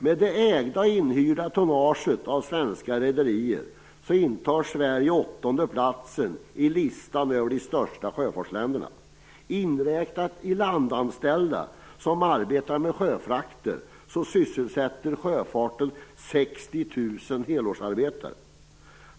Med det av svenska rederier ägda och inhyrda tonnaget intar Sverige åttonde plats i listan över de största sjöfartsländerna. Inräknat ilandanställda, som arbetar med sjöfrakter, finns det inom sjöfarten 60 000 helårsarbeten.